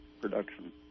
production